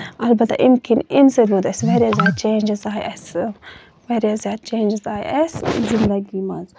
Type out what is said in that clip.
اَلبتہ اَمہِ کِنۍ اَمہِ سۭتۍ ووٚت اَسہِ واریاہ زیادٕ چینجِز آیہِ اَسہِ واریاہ زیادٕ چینجِز آیہِ اَسہِ زِندگی منٛز